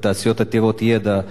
בתעשיות עתירות ידע,